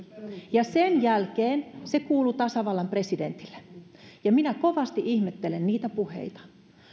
ja sen jälkeen se kuuluu tasavallan presidentille minä kovasti ihmettelen niitä puheita